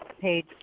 page